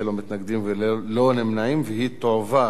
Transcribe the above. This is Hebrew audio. אני מתנגד ומצביע בעד.